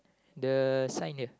the sign here